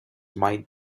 might